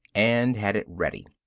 and had it ready.